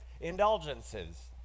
Indulgences